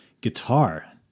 Guitar